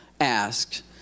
asked